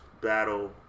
battle